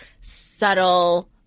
subtle